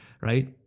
right